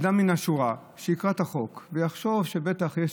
אדם מן השורה שיקרא את החוק יחשוב שבטח יש